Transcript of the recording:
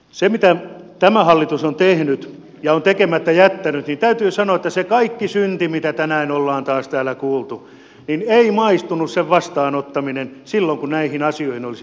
siitä mitä tämä hallitus on tehnyt ja on tekemättä jättänyt täytyy sanoa että se kaikki synti mitä tänään ollaan taas täällä kuultu niin ei maistunut sen vastaanottaminen silloin kun näihin asioihin olisi pystynyt vaikuttamaan